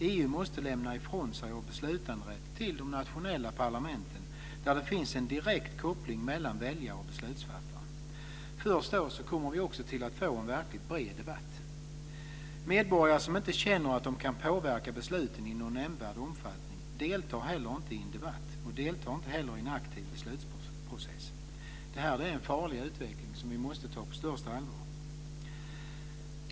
EU måste lämna ifrån sig beslutanderätt till de nationella parlamenten, där det finns en direkt koppling mellan väljare och beslutsfattare. Först då kommer vi att få en verkligt bred debatt. Medborgare som inte känner att de kan påverka besluten i någon nämnvärd omfattning deltar inte i någon debatt eller aktiv beslutsprocess. Det är en farlig utveckling, som vi måste ta på största allvar.